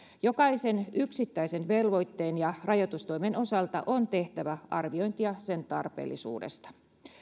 jokaisen yksittäisen velvoitteen ja rajoitustoimen osalta on tehtävä arviointia sen tarpeellisuudesta